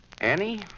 Annie